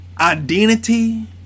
identity